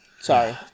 Sorry